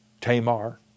Tamar